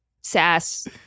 sass